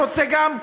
אתה היום רוצה גם,